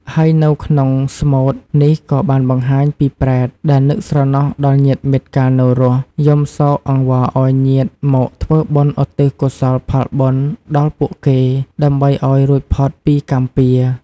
ហើយនៅក្នុងស្មូត នេះក៏បានបង្ហាញពីប្រេតដែលនឹកស្រណោះដល់ញាតិមិត្តកាលនៅរស់ យំសោកអង្វរឲ្យញាតិមកធ្វើបុណ្យឧទ្ទិសកុសលផលបុណ្យដល់ពួកគេ ដើម្បីឲ្យរួចផុតពីកម្មពារ។